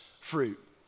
fruit